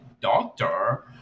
doctor